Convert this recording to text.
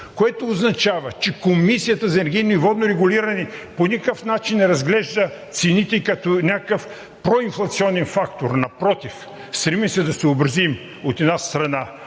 което означава, че Комисията за енергийно и водно регулиране по никакъв начин не разглежда цените като някакъв проинфлационен фактор. Напротив, стреми се да се съобрази, от една страна,